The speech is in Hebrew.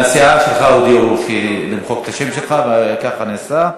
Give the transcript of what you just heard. מהסיעה שלך הודיעו למחוק את השם שלך, וכך נעשה.